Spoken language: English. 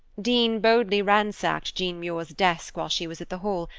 dean boldly ransacked jean muir's desk while she was at the hall,